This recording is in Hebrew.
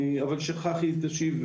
אבל שחח"י תשיב,